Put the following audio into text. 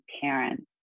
parents